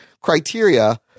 criteria